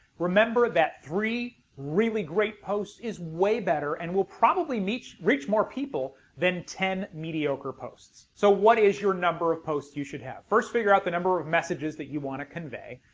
remember that three really great posts is way better and will probably meet reach more people than ten mediocre posts. so what is your number of posts you should have? first figure out the number of messages that you want to convey,